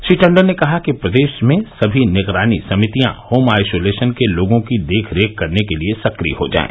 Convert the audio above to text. श्री टंडन ने कहा कि प्रदेश में सभी निगरानी समितियां होम आइसोलेशन के लोगों की देखरेख करने के लिए सक्रिय हो जाएं